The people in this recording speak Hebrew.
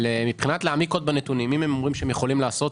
אבל מבחינת להעמיק עוד בנתונים אם הם אומרים שהם יכולים לעשות,